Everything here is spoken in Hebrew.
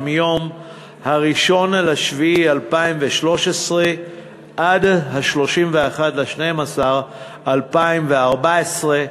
מיום 1 ביולי 2013 עד 31 בדצמבר 2014,